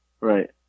Right